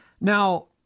Now